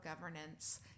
governance